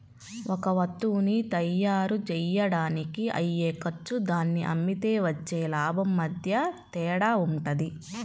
ఒక వత్తువుని తయ్యారుజెయ్యడానికి అయ్యే ఖర్చు దాన్ని అమ్మితే వచ్చే లాభం మధ్య తేడా వుంటది